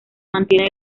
mantiene